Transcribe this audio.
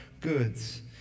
goods